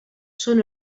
són